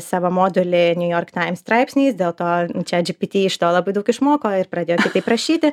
savo modelį new york times straipsniais dėl to chatgpt iš to labai daug išmoko ir pradėjo taip rašyti